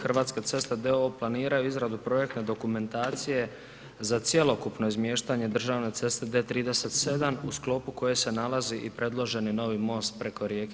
Hrvatske ceste d.o.o. planiraju izradu projektne dokumentacije za cjelokupno izmještanje državne ceste D37 u sklopu koje se nalaz i predloženi novi most preko rijeke Kupe.